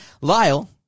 Lyle